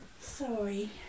Sorry